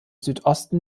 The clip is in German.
südosten